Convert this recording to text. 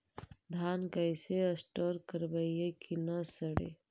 धान कैसे स्टोर करवई कि न सड़ै?